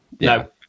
No